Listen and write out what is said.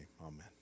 Amen